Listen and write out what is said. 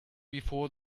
before